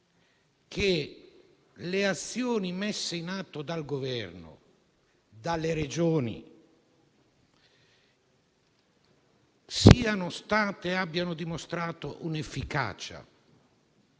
che le azioni messe in atto dal Governo e dalle Regioni abbiano dimostrato un'efficacia,